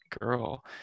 girl